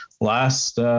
last